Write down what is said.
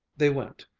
they went,